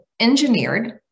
engineered